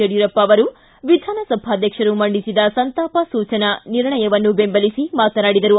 ಯಡಿಯೂರಪ್ಪ ಅವರು ವಿಧಾನಸಭಾಧ್ವಕ್ಷರು ಮಂಡಿಸಿದ ಸಂತಾಪ ಸೂಜನಾ ನಿರ್ಣಯವನ್ನು ಬೆಂಬಲಿಸಿ ಮಾತನಾಡಿದರು